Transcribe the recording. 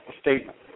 statement